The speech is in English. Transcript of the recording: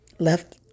Left